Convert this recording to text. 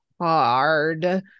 hard